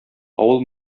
авыл